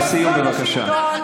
לסיים, בבקשה.